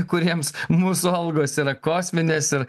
kuriems mūsų algos yra kosminės ir